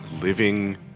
Living